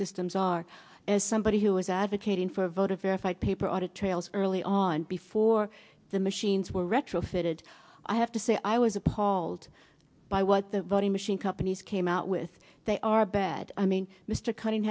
systems are as somebody who was advocating for voter verified paper audit trails early on before the machines were read well fitted i have to say i was appalled by what the voting machine companies came out with they are bad i mean mr cunning